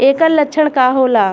ऐकर लक्षण का होला?